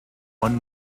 one